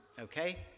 Okay